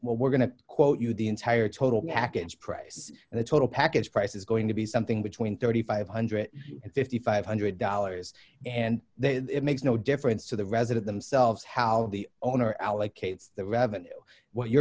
we're going to quote you the entire total package price and the total package price is going to be something between three thousand five hundred and fifty five one hundred dollars and it makes no difference to the resident themselves how the owner allocates the revenue what you're